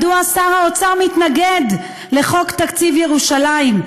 מדוע שר האוצר מתנגד לחוק תקציב ירושלים,